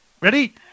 Ready